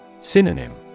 Synonym